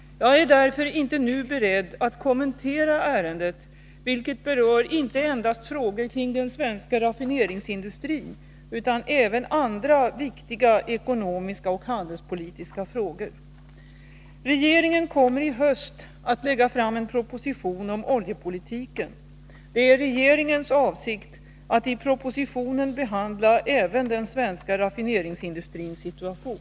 Jag är därför inte nu beredd att kommentera ärendet, vilket berör inte endast frågor kring den svenska raffineringsindustrin utan även andra viktiga ekonomiska och handelspolitiska frågor. Regeringen kommer i höst att lägga fram en proposition om oljepolitiken. Det är regeringens avsikt att i propositionen behandla även den svenska raffineringsindustrins situation.